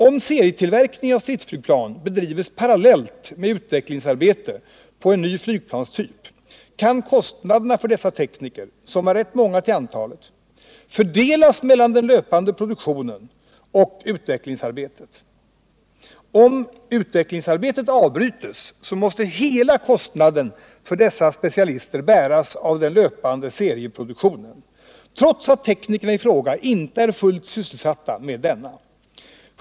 Om serietillverkning av stridsflygplan bedrivs parallellt med utvecklingsarbete på en ny flygplanstyp kan kostnaderna för dessa tekniker, som är rätt många till antalet, fördelas mellan den löpande produktionen och utvecklingsarbetet. Om utvecklingsarbetet avbryts måste hela kostnaden för dessa specialister bäras av den löpande serieproduktionen — trots att teknikerna i fråga inte är fullt sysselsatta med denna.